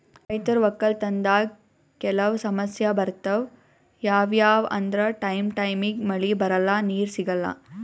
ರೈತರ್ ವಕ್ಕಲತನ್ದಾಗ್ ಕೆಲವ್ ಸಮಸ್ಯ ಬರ್ತವ್ ಯಾವ್ಯಾವ್ ಅಂದ್ರ ಟೈಮ್ ಟೈಮಿಗ್ ಮಳಿ ಬರಲ್ಲಾ ನೀರ್ ಸಿಗಲ್ಲಾ